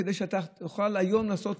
כדי שתוכל היום לעשות,